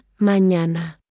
mañana